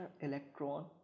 electron